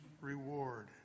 reward